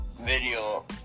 video